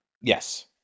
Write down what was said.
Yes